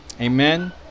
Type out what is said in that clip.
Amen